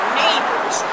neighbors